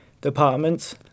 departments